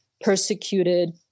persecuted